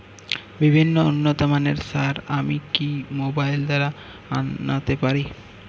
বিভিন্ন উন্নতমানের সার আমি কি মোবাইল দ্বারা আনাতে পারি?